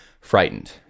frightened